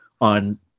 on